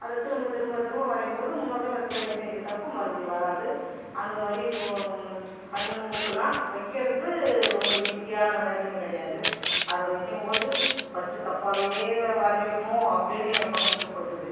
அது திரும்ப திரும்ப திரும்ப வரையும் போது முதல்ல செய்த தப்பு மறுபடி வராது அந்த மாதிரி கண்ணு மூக்குலாம் வைக்கிறது ரொம்ப ஈஸியான வேலையும் கிடையாது அதை வைக்கும் போது ஃபஸ்ட்டு தப்பாகவே வரையிரமோ அப்படினு என் மனசுக்கு பட்டுது